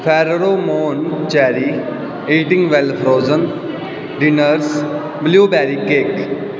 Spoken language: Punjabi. ਖੈਰਰੋ ਮਨ cherry reading well frozen dinners blueberry cake